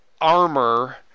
armor